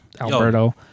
Alberto